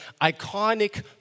iconic